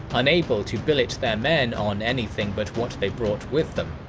unable to billet their men on anything but what they brought with them.